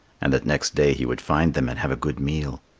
and that next day he would find them and have a good meal.